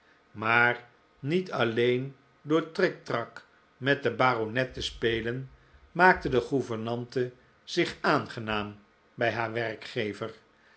maar niet alleen door triktrak met den baronet te spelen maakte de gouvernante zich aangenaam bij haar werkgever